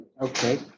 Okay